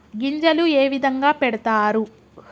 గింజలు ఏ విధంగా పెడతారు?